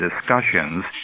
discussions